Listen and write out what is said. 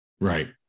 right